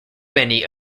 many